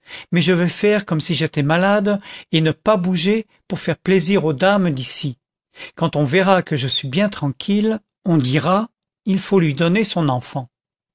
mais je vais faire comme si j'étais malade et ne pas bouger pour faire plaisir aux dames d'ici quand on verra que je suis bien tranquille on dira il faut lui donner son enfant